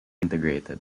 integrated